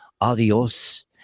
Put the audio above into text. adios